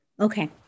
Okay